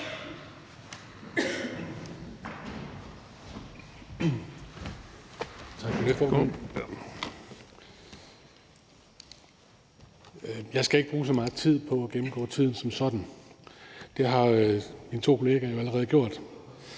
Jeg skal ikke bruge så meget tid på at gennemgå tiden som sådan – det har mine to kolleger jo allerede gjort